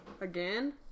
Again